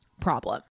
problem